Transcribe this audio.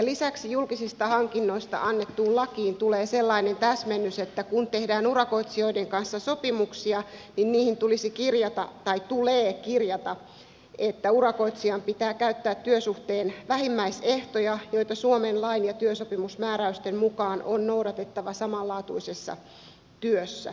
lisäksi julkisista hankinnoista annettuun lakiin tulee sellainen täsmennys että kun tehdään urakoitsijoiden kanssa sopimuksia niin niihin tulee kirjata että urakoitsijan pitää käyttää työsuhteen vähimmäisehtoja joita suomen lain ja työsopimusmääräysten mukaan on noudatettava samanlaatuisessa työssä